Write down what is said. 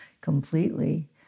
completely